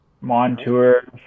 Montour